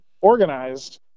organized